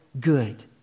good